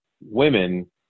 women